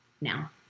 now